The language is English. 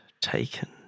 Taken